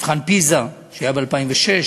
מבחן פיז"ה שהיה ב-2006,